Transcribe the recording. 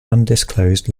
undisclosed